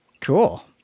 Cool